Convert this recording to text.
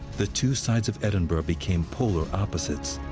the two sides of edinburgh became polar opposites.